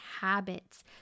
habits